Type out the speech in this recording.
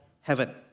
heaven